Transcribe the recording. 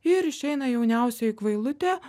ir išeina jauniausioji kvailutė